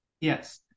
Yes